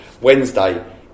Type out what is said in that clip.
Wednesday